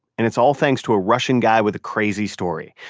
and it's all thanks to a russian guy with a crazy story.